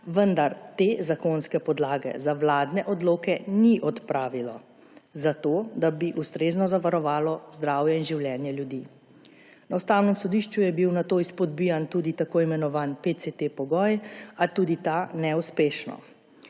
vendar te zakonske podlage za vladne odloke ni odpravilo, zato da bi ustrezno zavarovalo zdravje in življenja ljudi. Na Ustavnem sodišču je bil nato izpodbijan tudi tako imenovan PCT pogoj, a tudi ta neuspešno.